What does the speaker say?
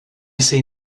see